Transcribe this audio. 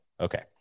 Okay